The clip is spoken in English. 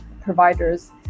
providers